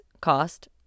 cost